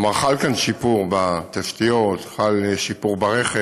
כלומר, חל כאן שיפור בתשתיות, חל שיפור ברכב,